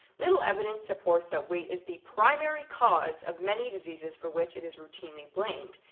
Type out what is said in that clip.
little evidence supports that weight is the primary cause of many diseases for which it is routinely blamed,